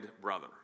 brother